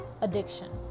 addiction